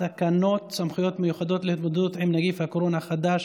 תקנות סמכויות מיוחדות להתמודדות עם נגיף הקורונה החדש